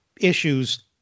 issues